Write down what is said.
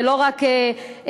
ולא רק לדבר,